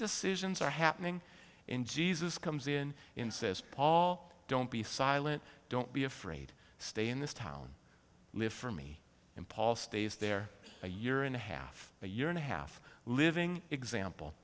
decisions are happening in jesus comes in in says paul don't be silent don't be afraid stay in this town live for me and paul stays there a year and a half a year and a half living example